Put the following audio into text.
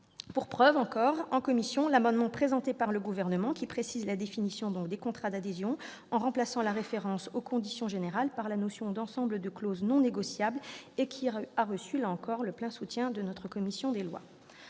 pour preuve le fait que l'amendement présenté par le Gouvernement, qui tend à préciser la définition des contrats d'adhésion en remplaçant la référence « aux conditions générales » par la notion d'« ensemble clauses non négociables », ait reçu le plein soutien de notre commission des lois.